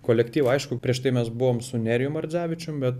kolektyvą aišku prieš tai mes buvom su nerijum ardzevičium bet